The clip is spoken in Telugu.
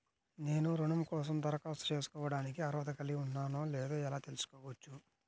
నేను రుణం కోసం దరఖాస్తు చేసుకోవడానికి అర్హత కలిగి ఉన్నానో లేదో ఎలా తెలుసుకోవచ్చు?